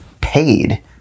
paid